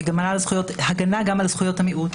היא הגנה גם על זכויות המיעוט.